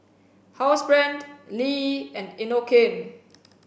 Housebrand Lee and Inokim